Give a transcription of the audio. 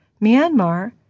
Myanmar